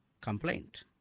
complaint